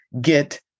get